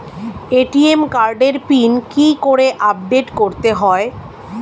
ATM কার্ডের PIN কি করে আপডেট করতে হয়?